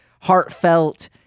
heartfelt